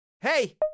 Hey